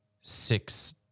six